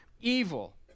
evil